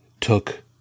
took